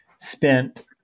spent